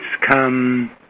come